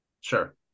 Sure